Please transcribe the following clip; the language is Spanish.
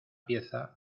pieza